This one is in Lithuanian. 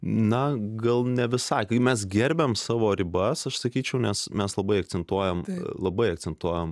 na gal ne visai kai mes gerbiam savo ribas aš sakyčiau nes mes labai akcentuojam labai akcentuojam